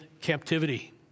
captivity